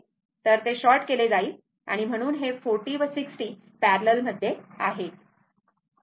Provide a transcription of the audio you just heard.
तर ते शॉर्ट केले जाईल म्हणून हे 40 व 60 पॅरलल मध्ये आहेत